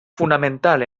fonamental